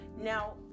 now